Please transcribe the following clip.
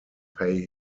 pay